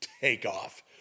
takeoff